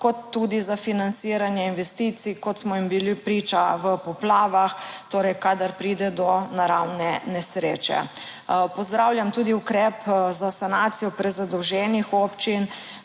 kot tudi za financiranje investicij kot smo jim bili priča v poplavah, torej kadar pride do naravne nesreče. Pozdravljam tudi ukrep za sanacijo prezadolženih občin,